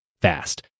fast